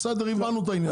הבנו את זה,